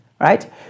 Right